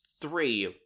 three